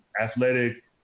athletic